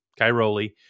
Cairoli